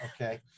Okay